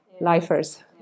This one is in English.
lifers